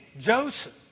Joseph